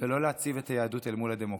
ולא להציב את היהדות אל מול הדמוקרטיה,